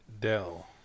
Dell